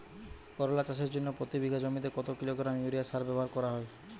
করলা চাষের জন্য প্রতি বিঘা জমিতে কত কিলোগ্রাম ইউরিয়া সার ব্যবহার করা হয়?